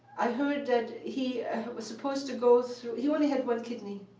ah heard that he was supposed to go through he only had one kidney.